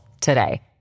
today